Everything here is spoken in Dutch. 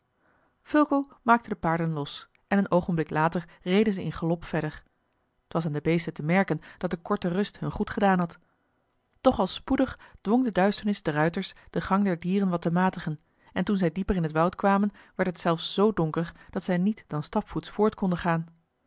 fulco maakte de paarden los en een oogenblik later reden zij in galop verder t was aan de beesten te merken dat de korte rust hun goed gedaan had doch al spoedig dwong de duisternis den ruiters den gang der dieren wat te matigen en toen zij dieper in het woud kwamen werd het zelfs zoo donker dat zij niet dan stapvoets voort konden gaan